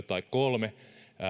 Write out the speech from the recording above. tai kolme keskeistä menettelyä